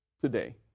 today